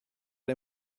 les